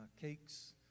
cakes